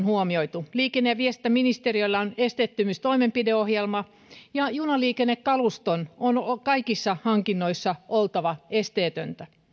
huomioitu liikenne ja viestintäministeriöllä on esteettömyystoimenpideohjelma ja junaliikennekaluston on kaikissa hankinnoissa oltava esteetöntä